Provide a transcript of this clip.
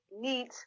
neat